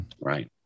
Right